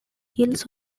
heels